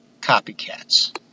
copycats